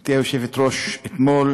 גברתי היושבת-ראש, אתמול